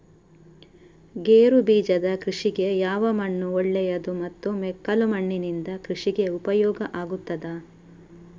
ಗೇರುಬೀಜದ ಕೃಷಿಗೆ ಯಾವ ಮಣ್ಣು ಒಳ್ಳೆಯದು ಮತ್ತು ಮೆಕ್ಕಲು ಮಣ್ಣಿನಿಂದ ಕೃಷಿಗೆ ಉಪಯೋಗ ಆಗುತ್ತದಾ?